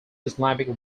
islamic